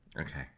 Okay